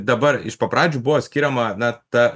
dabar iš pat pradžių buvo skiriama na ta